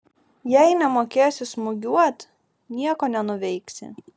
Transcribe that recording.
jei nemokėsi smūgiuot nieko nenuveiksi